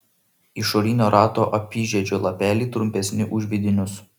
išorinio rato apyžiedžio lapeliai trumpesni už vidinius